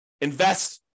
invest